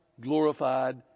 glorified